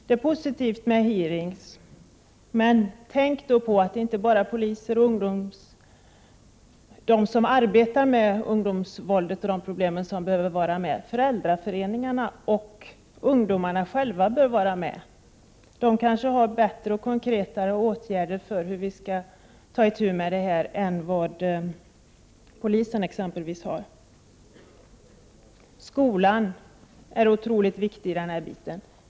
Det är positivt med utfrågningar, men man måste tänka på att inte bara poliser och de som arbetar med ungdomsvåld och ungdomsproblem får vara med. Föräldraföreningarna och ungdomarna själva bör vara med. De kan kanske föreslå bättre och mer konkreta åtgärder för hur man skall ta itu med detta än vad t.ex. polisen kan. Skolan är otroligt viktig i detta sammanhang.